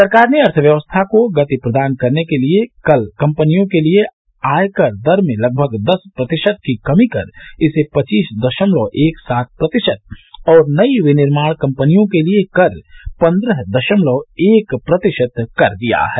सरकार ने अर्थव्यवस्था को गति प्रदान करने के लिए कल कंपनियों के लिए आयकर दर में लगभग दस प्रतिशत की कमी कर इसे पचीस दशमलव एक सात प्रतिशत और नई विनिर्माण कंपनियों के लिए कर पन्द्रह दशमलव एक प्रतिशत कर दिया है